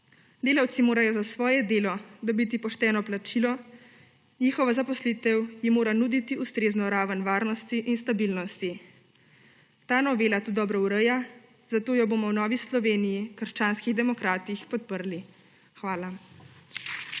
Delavci morajo za svoje delo dobiti pošteno plačilo, njihova zaposlitev jim mora nuditi ustrezno raven varnosti in stabilnosti. Ta novela to dobro ureja, zato jo bomo v Novi Sloveniji – krščanskih demokratih podprli. Hvala.